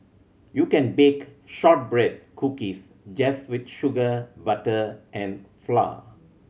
you can bake shortbread cookies just with sugar butter and flour